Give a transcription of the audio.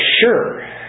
sure